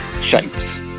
shapes